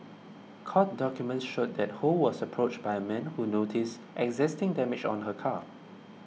court documents showed that Ho was approached by a man who noticed existing damage on her car